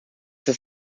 das